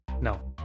Now